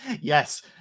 Yes